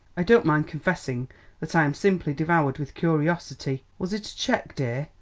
i don't mind confessing that i am simply devoured with curiosity. was it a cheque, dear?